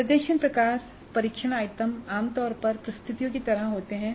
प्रदर्शन प्रकार परीक्षण आइटम आमतौर पर प्रस्तुतियों की तरह होते हैं